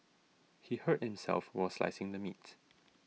he hurt himself while slicing the meat